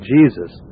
Jesus